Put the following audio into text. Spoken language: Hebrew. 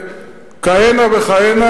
וכהנה וכהנה,